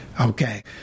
Okay